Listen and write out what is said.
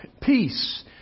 peace